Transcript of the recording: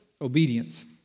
obedience